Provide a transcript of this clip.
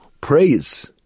praise